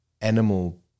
animal